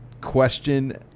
question